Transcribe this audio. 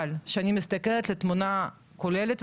אבל כשאני מסתכלת על התמונה הכוללת,